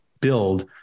build